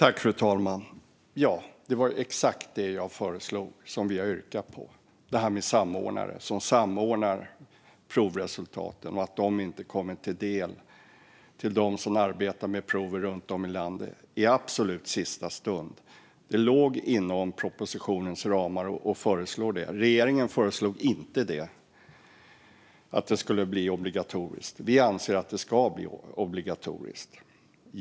Fru talman! Det var exakt det som jag föreslog och som vi har yrkat på, alltså detta med samordnare som samordnar proven så att de inte kommer personer som arbetar med prov runt om i landet till del förrän i absolut sista stund. Det låg inom propositionens ramar att föreslå det. Regeringen föreslog inte att det skulle bli obligatoriskt. Vi anser att det ska bli obligatoriskt.